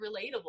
relatable